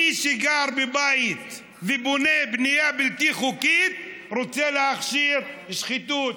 מי שגר בבית ובונה בנייה בלתי חוקית רוצה להכשיר שחיתות,